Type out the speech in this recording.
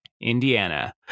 Indiana